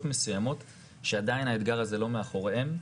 מסוימות שעדיין האתגר הזה לא מאחוריהם,